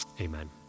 amen